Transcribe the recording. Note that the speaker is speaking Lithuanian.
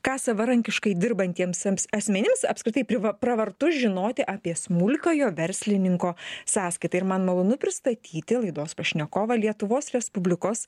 ką savarankiškai dirbantiems ems asmenims apskritai priva pravartu žinoti apie smulkiojo verslininko sąskaitą ir man malonu pristatyti laidos pašnekovą lietuvos respublikos